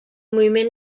moviment